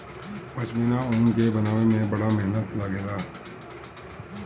पश्मीना ऊन के बनावे में बड़ा मेहनत लागेला